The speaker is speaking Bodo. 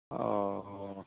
अ अ